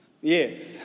Yes